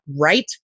right